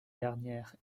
dernières